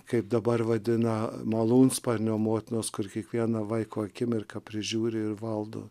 kaip dabar vadina malūnsparnio motinos kur kiekvieną vaiko akimirką prižiūri ir valdo